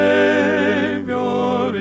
Savior